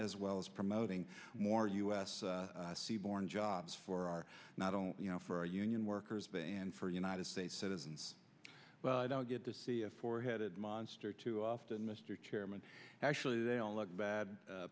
as well as promoting more u s seaborne jobs for our not only you know for union workers and for united states citizens but i don't get to see a four headed monster too often mr chairman actually they all look bad